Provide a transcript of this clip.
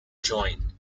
join